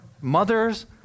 mothers